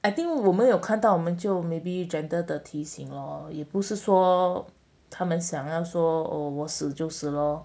I think 我们有看到我们就 may be gentle 的提醒 lor 也不是说他们想要死就死 loh